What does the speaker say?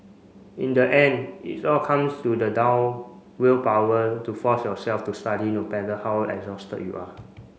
in the end it all comes to the down willpower to force yourself to study no matter how exhausted you are